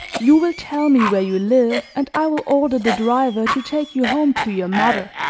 you will tell me where you live and i will order the driver to take you home to your mother,